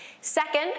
Second